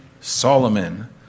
Solomon